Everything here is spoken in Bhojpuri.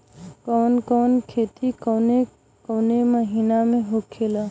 कवन कवन खेती कउने कउने मौसम में होखेला?